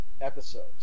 episodes